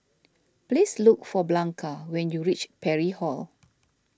please look for Blanca when you reach Parry Hall